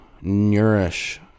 nourish